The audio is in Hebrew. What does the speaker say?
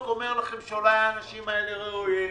אני אומר לכם שאולי האנשים האלה ראויים